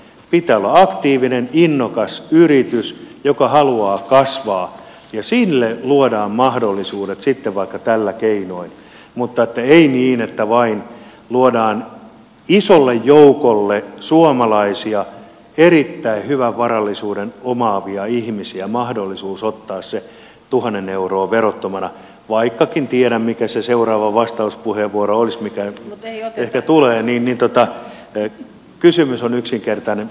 pitää olla aktiivinen innokas yritys joka haluaa kasvaa ja sille luodaan mahdollisuudet sitten vaikka tällä keinoin mutta ei niin että vain luodaan isolle joukolle suomalaisia erittäin hyvän varallisuuden omaavia ihmisiä mahdollisuus ottaa se tuhannen euroa verottomana vaikkakin tiedän mikä se seuraava vastauspuheenvuoro olisi mikä ehkä tulee